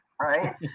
right